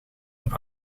hem